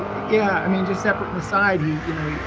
yeah, i mean, just separate and aside he, you know,